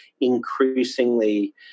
increasingly